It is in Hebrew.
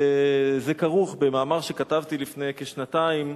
וזה כרוך במאמר שכתבתי לפני כשנתיים,